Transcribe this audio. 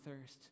thirst